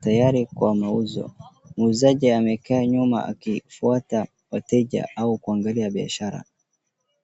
tayari kwa kwa mauzo muuzaji amekaa nyuma akifuata wateja au kuangalia biashara .